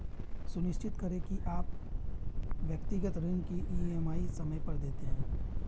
सुनिश्चित करें की आप व्यक्तिगत ऋण की ई.एम.आई समय पर देते हैं